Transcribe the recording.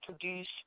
produced